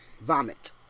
vomit